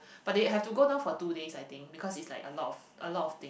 but they have to go down for two days I think because it's a lot of a lot of thing